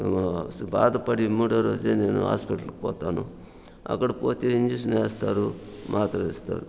బాధపడి మూడవ రోజే నేను హాస్పిటల్కి పోతాను అక్కడ పోతే ఇంజక్షన్ వేస్తారు మాత్రం ఇస్తారు